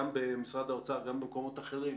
גם במשרד האוצר וגם במקומות אחרים,